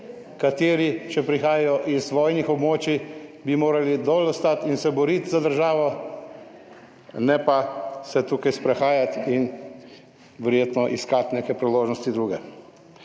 kateri, če prihajajo iz vojnih območij, bi morali dol ostati in se boriti za državo, ne pa se tukaj sprehajati in verjetno iskati neke priložnosti druge.